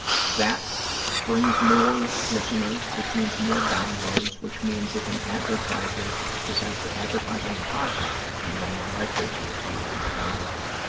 that brings more listeners, which means more downloads, which means if an advertiser decides to advertise on the podcast, and they're more likely to if we have more downloads,